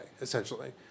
essentially